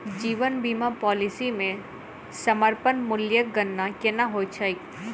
जीवन बीमा पॉलिसी मे समर्पण मूल्यक गणना केना होइत छैक?